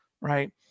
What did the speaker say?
right